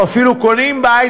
או אפילו קונים בית,